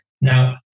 Now